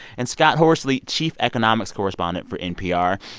and scott horsley, chief economics correspondent for npr.